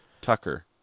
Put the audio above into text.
Tucker